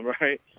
Right